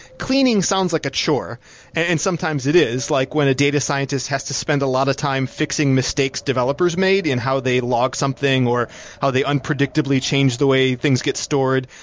cleaning sound like a chore and sometimes it is, like when a data scientist has to spend a lot of time fixing mistakes developers made in how they logged something or how they unpredictably change the way things get stored.